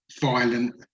violent